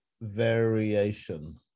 variation